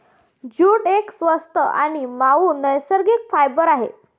jute एक स्वस्त आणि मऊ नैसर्गिक फायबर आहे